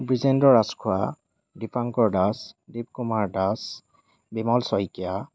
Dwijendra Rajkhowa Dipankar Das Nipkumar Das Bimal Saikia